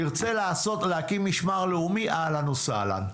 תרצה להקים משמר הלאומי אהלן וסהלן.